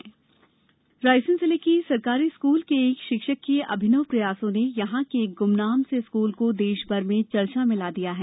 शिक्षक प्रयास रायसेन जिले के सरकारी स्कूल के एक शिक्षक के अभिनव प्रयासों ने यहाँ के एक गुमनाम से स्कूल को देश भर में चर्चा में ला दिया है